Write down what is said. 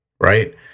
right